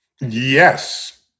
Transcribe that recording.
Yes